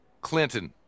Clinton